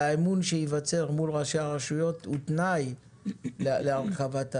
האמון שייווצר מול ראשי הרשויות המקומיות הוא תנאי להרחבת השיווק.